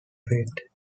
fate